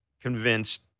convinced